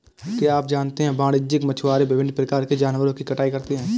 क्या आप जानते है वाणिज्यिक मछुआरे विभिन्न प्रकार के जानवरों की कटाई करते हैं?